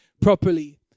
properly